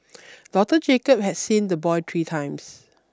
Doctor Jacob had seen the boy three times